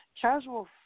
Casual